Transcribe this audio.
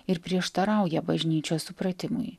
ir prieštarauja bažnyčios supratimui